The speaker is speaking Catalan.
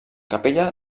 capella